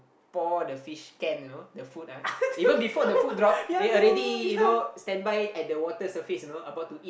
pour the fish can you know the food ah even before the food drop they already you know standby at the water surface you know about to eat